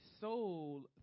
soul